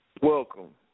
Welcome